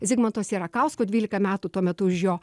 zigmanto sierakausko dvylika metų tuomet už jo